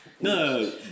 no